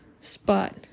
spot